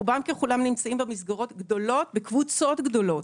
רובם ככולם נמצאים במסגרות גדולות בקבוצות גדולות.